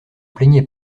plaignait